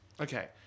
Okay